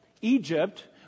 Egypt